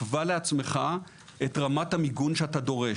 קבע לעצמך את רמת המיגון שאתה דורש.